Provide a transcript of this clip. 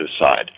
side